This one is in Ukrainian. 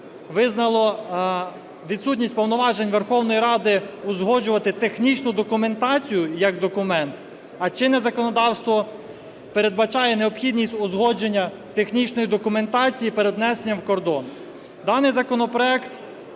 визнало відсутність повноважень Верховної Ради узгоджувати технічну документацію як документ, а чинне законодавство передбачає необхідність узгодження технічної документації перед внесенням в кордон.